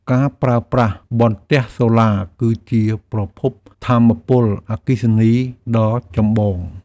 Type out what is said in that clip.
ការប្រើប្រាស់បន្ទះសូឡាគឺជាប្រភពថាមពលអគ្គិសនីដ៏ចម្បង។